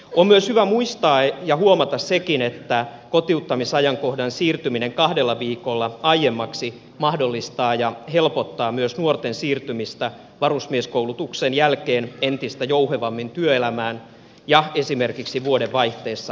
on myös hyvä muistaa ja huomata sekin että kotiuttamisajankohdan siirtyminen kahdella viikolla aiemmaksi mahdollistaa ja helpottaa myös nuorten siirtymistä varusmieskoulutuksen jälkeen entistä jouhevammin työelämään ja esimerkiksi vuodenvaihteessa alkaviin opintoihin